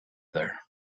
there